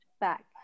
back